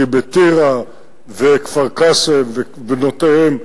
כי בטירה וכפר-קאסם ובנותיהם,